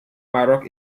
maroc